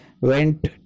went